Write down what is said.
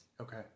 Okay